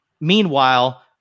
Meanwhile